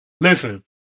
listen